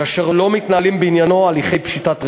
ולא מתנהלים בעניינו הליכי פשיטת רגל.